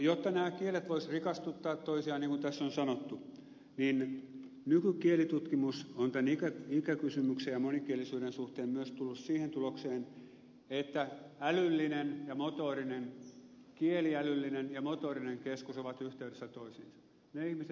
jotta nämä kielet voisivat rikastuttaa toisiaan niin kuin tässä on sanottu niin nykykielitutkimus on tämän ikäkysymyksen ja monikielisyyden suhteen myös tullut siihen tulokseen että kieliälyllinen ja motorinen keskus ovat yhteydessä toisiinsa